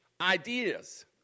Ideas